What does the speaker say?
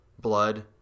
Blood